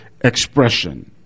expression